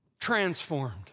transformed